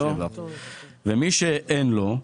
ומי שאין לו?